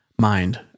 mind